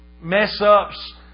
mess-ups